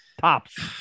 Tops